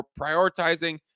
prioritizing